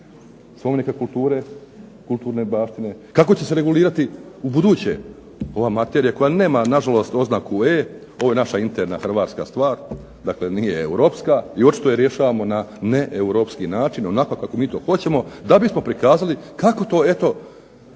spomenika kulture, kulturne baštine? Kako će se regulirati ubuduće ova materija koja nema na žalost oznaku E, ovo je naša interna hrvatska stvar, dakle nije europska, i očito je rješavamo na neeuropski način, onako kako mi to hoćemo da bismo prikazali kako to eto